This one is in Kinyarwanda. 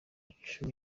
cumi